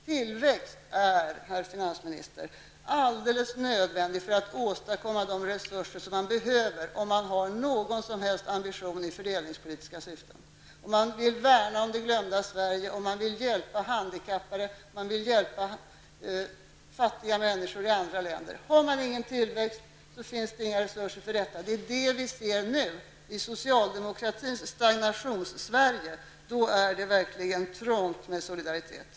Tillväxten är, herr finansminister, alldeles nödvändig för att vi skall kunna åstadkomma de resurser som behövs, om man har någon som helst ambition i fördelningspolitiskt syfte, om man vill värna om det glömda Sverige och om man vill hjälpa handikappade och fattiga människor i andra länder. Har man ingen tillväxt, skapas det inga resurser. Det är vad vi nu ser i socialdemokratins Stagnationssverige. Där är det verkligen trångt med solidaritet.